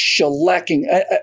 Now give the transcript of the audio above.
shellacking